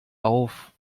auf